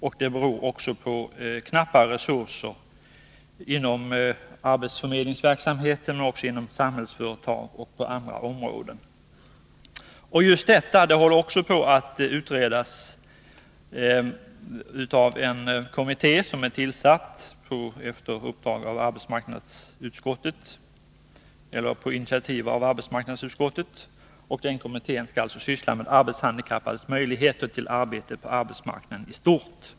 Och det beror på knappa resurser inom arbetsförmedlingsverksamheten, inom Samhällsföretag och på andra områden. Just detta utreds f. n. av en kommitté, som är tillsatt på initiativ av arbetsmarknadsutskottet. Den kommittén skall alltså utreda de handikappades möjligheter till arbete på arbetsmarknaden i stort.